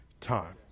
time